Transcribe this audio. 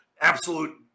absolute